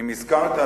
אם הזכרת,